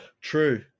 true